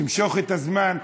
תמשוך את הזמן.